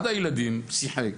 אחד הילדים שיחק,